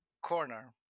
corner